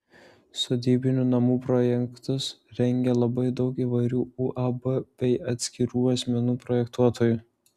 sodybinių namų projektus rengia labai daug įvairių uab bei atskirų asmenų projektuotojų